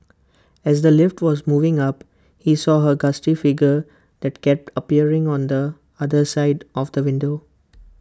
as the lift was moving up he saw A ghastly figure that kept appearing on the other side of the window